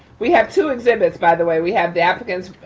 we have two exhibits, by the way. we have the applicant's